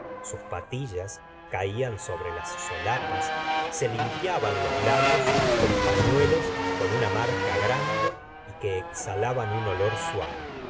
sus patillas caían sobre las solapas se limpiaban los labios con pafiunlos con una marca grande y que exhalaban un olor suave